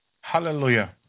Hallelujah